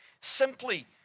simply